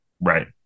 Right